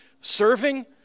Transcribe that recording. serving